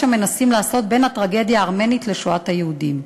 המנסים לעשות בין הטרגדיה הארמנית לשואת היהודים.